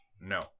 No